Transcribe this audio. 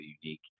unique